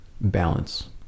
balance